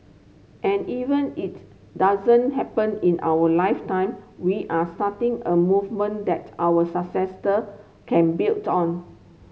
and even it doesn't happen in our lifetime we are starting a movement that our successor can built on